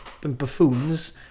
buffoons